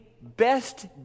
best